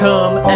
Come